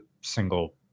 single